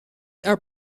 are